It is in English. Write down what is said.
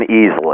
easily